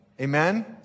Amen